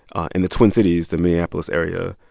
and the twin cities, the minneapolis area,